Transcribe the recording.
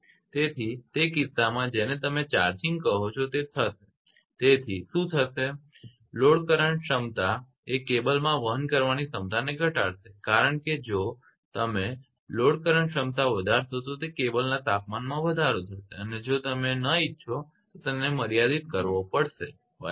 તેથી તે કિસ્સામાં જેને તમે ચાર્જિગ કહો છો તે થશે તેથી શું થશે લોડ કરંટ ક્ષમતા એ કેબલમાં વહન કરવાની ક્ષમતાને ઘટાડશે કારણ કે જો તમે લોડ કરંટ ક્ષમતા વધારશો તો તે કેબલનાં તાપમાનમાં વધારો થશે અને જો તમે તે ન ઇચ્છો તો તેને મર્યાદિત કરવો પડશે બરાબર